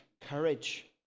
courage